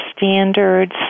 standards